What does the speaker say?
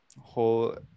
whole